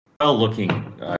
well-looking